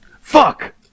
Fuck